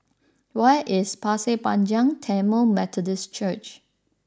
where is Pasir Panjang Tamil Methodist Church